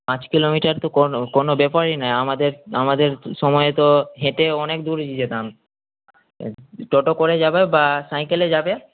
পাঁচ কিলোমিটার তো কোনো কোনো ব্যাপারই নয় আমাদের আমাদের সময় তো হেঁটে অনেক দূর যেতাম টোটো করে যাবে বা সাইকেলে যাবে